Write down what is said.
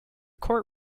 court